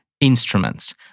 instruments